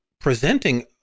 presenting